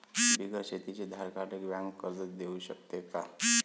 बिगर शेती धारकाले बँक कर्ज देऊ शकते का?